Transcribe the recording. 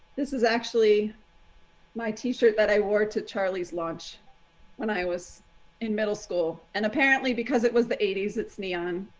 this is actually my t shirt that i wore to charlie's launch when i was in middle school, and apparently because it was the eighty s, it's neon,